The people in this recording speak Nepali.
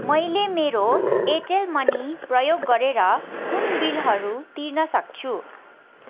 मैले मेरो एयरटेल मनी प्रयोग गरेर कुन बिलहरू तिर्नसक्छु